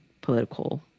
political